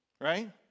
right